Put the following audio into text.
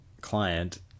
client